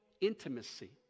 intimacy